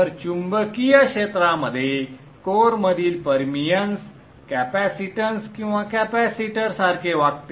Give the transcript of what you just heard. तर चुंबकीय क्षेत्रामध्ये कोअरमधील परमिअन्स कॅपेसिटन्स किंवा कॅपॅसिटर सारखे वागते